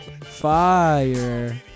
Fire